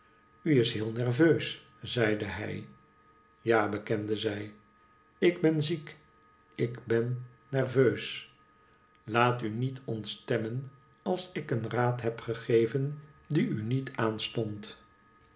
is heel nerveus zeide hij ja bekende zij ik ben ziek ik ben nerveus laat u niet ontstemmen als ik een raad heb gegeven die u niet aanstond